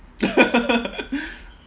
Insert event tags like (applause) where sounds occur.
(laughs)